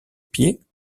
pieds